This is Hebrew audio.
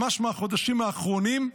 ממש מהחודשים האחרונים,